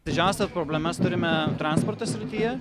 didžiausias problemas turime transporto srityje